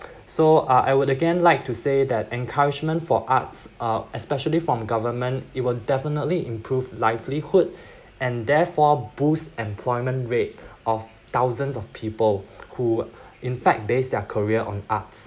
so I I would again like to say that encouragement for arts uh especially from government it will definitely improve livelihood and therefore boost employment rate of thousands of people who in fact based their career on arts